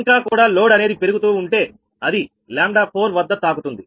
ఇంకా కూడా లోడ్ అనేది పెరుగుతూ ఉంటే అది λ4 వద్ద తాకుతుంది